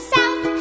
South